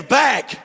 back